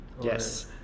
Yes